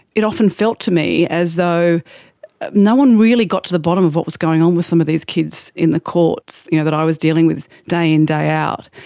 it often felt to me as though no one really got to the bottom of what was going on with some of these kids in the courts you know that i was dealing with day in, day out,